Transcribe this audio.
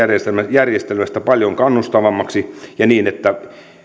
järjestelmästä paljon kannustavammaksi ja niin että